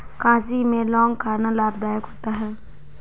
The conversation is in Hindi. खांसी में लौंग खाना लाभदायक होता है